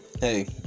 hey